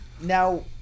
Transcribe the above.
Now